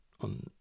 on